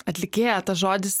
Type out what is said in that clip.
atlikėja tas žodis